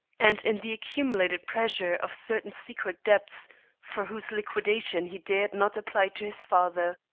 and in the accumulated pressure of certain secret debts for whose liquidation he dared not apply to his father.